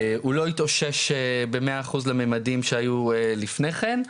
הוא לא התאושש במאה אחוז למימדים שהיו לפני כן.